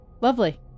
lovely